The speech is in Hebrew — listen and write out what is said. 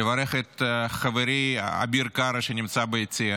לברך את חברי אביר קרא, שנמצא ביציע.